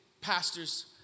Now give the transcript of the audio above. pastors